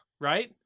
right